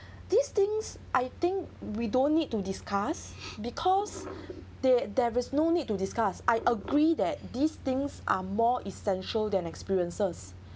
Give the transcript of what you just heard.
these things I think we don't need to discuss because there there is no need to discuss I agree that these things are more essential than experiences